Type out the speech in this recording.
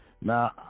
Now